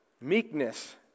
meekness